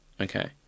Okay